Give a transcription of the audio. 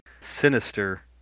sinister